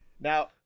Now